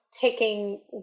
taking